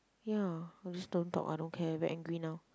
ya I just don't talk I don't care very angry now